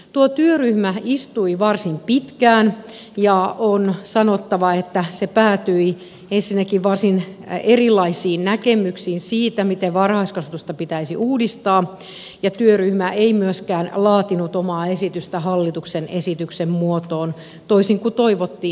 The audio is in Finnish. tuo työryhmä istui varsin pitkään ja on sanottava että se päätyi ensinnäkin varsin erilaisiin näkemyksiin siitä miten varhaiskasvatusta pitäisi uudistaa ja työryhmä ei myöskään laatinut omaa esitystä hallituksen esityksen muotoon toisin kuin toivottiin